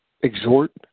exhort